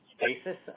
basis